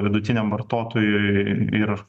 vidutiniam vartotojui ir